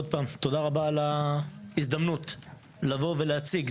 תודה רבה על ההזדמנות להציג,